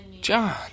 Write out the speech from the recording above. John